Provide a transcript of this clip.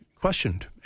questioned